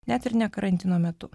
net ir ne karantino metu